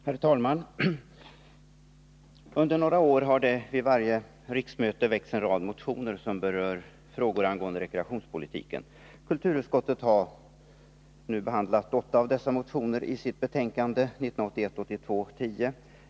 Herr talman! Under några år har det vid varje riksmöte väckts en rad motioner som berör frågor angående rekreationspolitiken. Kulturutskottet har nu behandlat åtta av dessa motioner i sitt betänkande 1981/82:10.